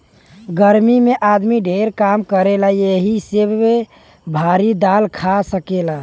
गर्मी मे आदमी ढेर काम करेला यही से भारी दाल खा सकेला